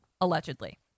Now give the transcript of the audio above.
Allegedly